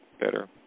better